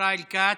ישראל כץ,